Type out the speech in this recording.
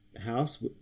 house